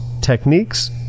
techniques